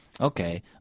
okay